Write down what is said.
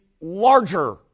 larger